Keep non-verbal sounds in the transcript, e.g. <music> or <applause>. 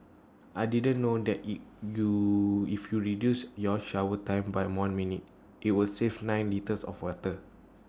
I didn't know that <unintelligible> you if you reduce your shower time by one minute IT will save nine litres of water